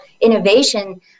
innovation